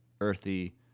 earthy